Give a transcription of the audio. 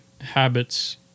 habits